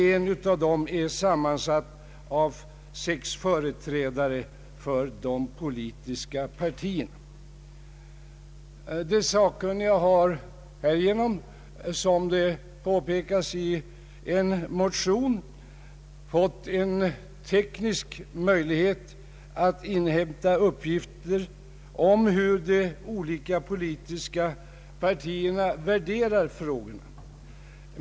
En av dem är sammansatt av sex företrädare för de politiska partierna. De sakkunniga har härigenom, vilket påpekas i en motion, fått en teknisk möjlighet att inhämta uppgifter om hur de olika politiska partierna värderar frågorna.